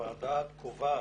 הוועדה קובעת,